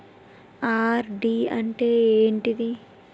RD అంటే ఏంటిది?